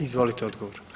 Izvolite odgovor.